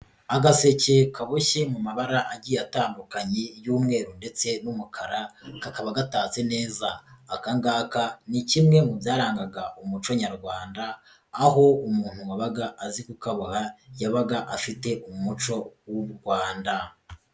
Agaseke kaboshye mu mabara agiye atandukanye y'umweru ndetse n'umukara kakaba gatatse neza, aka ngaka ni kimwe mu byarangaga umuco nyarwanda aho umuntu wabaga azi kukaboha yabaga afite umuco w'u Rwanda.